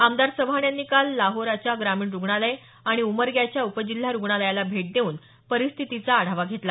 आमदार चव्हाण यांनी काल लोहाराच्या ग्रामीण रूग्णालय आणि उमरग्याच्या उपजिल्हा रूग्णालयाला भेट देऊन परिस्थितीचा आढावा घेतला